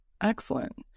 Excellent